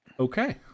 Okay